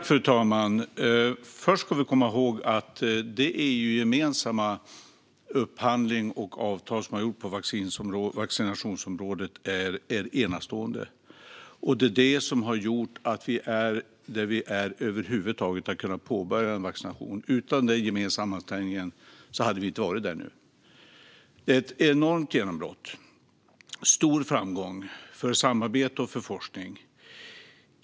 Fru talman! Först ska vi komma ihåg att den upphandling och det avtal som gjorts EU-gemensamt på vaccinationsområdet är enastående. Det är det som har gjort att vi är där vi är och att vi över huvud taget har kunnat påbörja en vaccination. Utan den gemensamma ansträngningen hade vi inte varit där nu. Det är ett enormt genombrott och en stor framgång för samarbete och för forskning.